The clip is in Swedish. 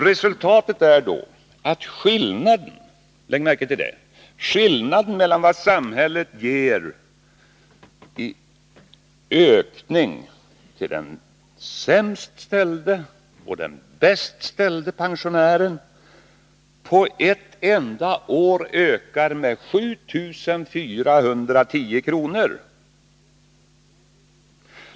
Resultatet är att skillnaden mellan vad samhället ger i ökning till den sämst och den bäst ställde pensionären på ett enda år ökar med 7410 kr.